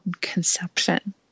conception